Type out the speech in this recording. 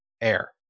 air